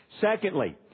Secondly